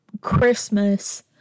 Christmas